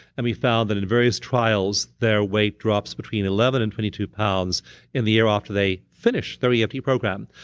and we've found that in various trials, their weight drops between eleven and twenty two pounds in the year after they finish their yeah eft program.